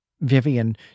Vivian